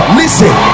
listen